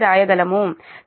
వ్రాయగలము కాబట్టి Pi sin 0